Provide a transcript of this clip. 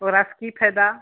तोरासँ की फायदा